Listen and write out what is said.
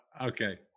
Okay